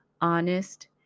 honest